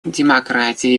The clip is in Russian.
демократия